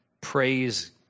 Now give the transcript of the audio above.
Praise